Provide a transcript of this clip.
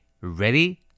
Ready